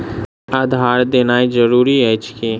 आधार देनाय जरूरी अछि की?